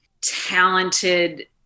talented